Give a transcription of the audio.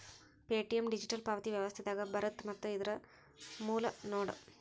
Paytm digital ಪಾವತಿ ವ್ಯವಸ್ಥೆದಾಗ ಬರತ್ತ ಮತ್ತ ಇದರ್ ಮೂಲ ನೋಯ್ಡಾ